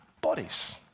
bodies